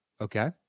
Okay